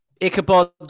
Ichabod